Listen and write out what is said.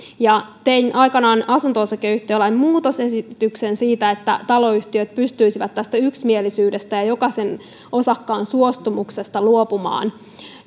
tein aikanaan asunto osakeyhtiölain muutosesityksen siitä että taloyhtiöt pystyisivät yksimielisyydestä ja ja jokaisen osakkaan suostumuksesta luopumaan